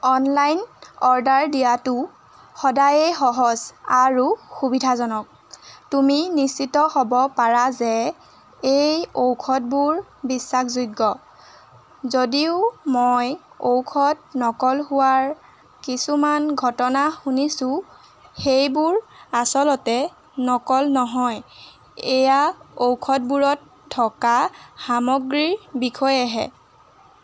online order দিয়াটো সদায়েই সহজ আৰু সুবিধাজনক তুমি নিশ্চিত হ'ব পাৰা যে এই ঔষধবোৰ বিশ্বাসযোগ্য যদিও মই ঔষধ নকল হোৱাৰ কিছুমান ঘটনা শুনিছোঁ সেইবোৰ আচলতে নকল নহয় এয়া ঔষধবোৰত থকা সামগ্ৰীৰ বিষয়েহে